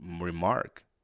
remark